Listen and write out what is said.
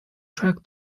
track